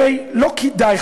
הרי לא כדאי,